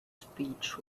speech